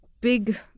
big